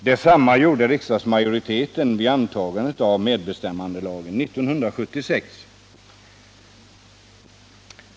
Detsamma gjorde riksdagsmajoriteten vid antagandet av medbestämmandelagen 1976.